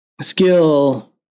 skill